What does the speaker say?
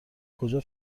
کجا